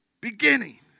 beginning